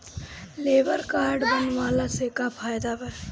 Labour card बनवाला से का फायदा बा?